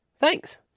Thanks